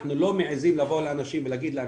אנחנו לא מעזים לבוא לאנשים ולהגיד להם,